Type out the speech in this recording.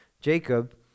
jacob